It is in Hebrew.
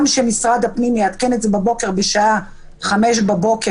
גם אם משרד הפנים יעדכן את המרשם בשעה חמש בבוקר,